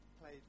played